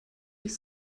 ich